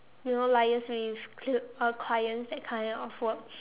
you know liaise with cl~ uh clients that kind of work